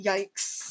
Yikes